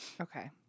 Okay